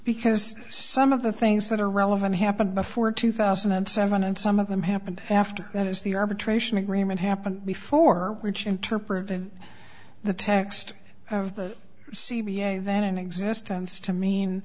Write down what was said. because some of the things that are relevant happened before two thousand and seven and some of them happened after that is the arbitration agreement happened before which interpreted the text of the c b i then in existence to mean